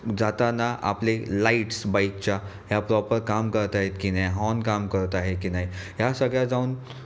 जाताना आपले लाइटस् बाइकच्या ह्या प्रॉपर काम करत आहेत की नाही हॉर्न काम करत आहे की नाही ह्या सगळ्या जाऊन